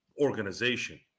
organization